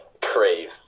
crave